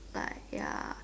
but ya